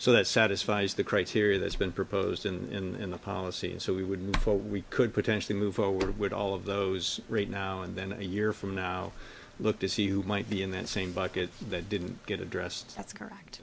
so that satisfies the criteria that's been proposed in the policy and so we would before we could potentially move forward with all of those right now and then a year from now look to see who might be in that same bucket that didn't get addressed that's correct